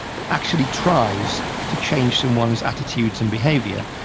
that actually tries to change someone's attitudes and behaviour.